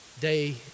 day